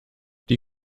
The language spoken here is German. die